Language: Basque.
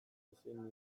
ezin